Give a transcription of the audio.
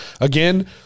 Again